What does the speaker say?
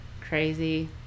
crazy